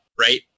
right